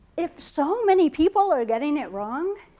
if so many people are getting it wrong,